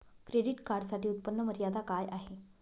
Credit कार्डसाठी उत्त्पन्न मर्यादा काय आहे?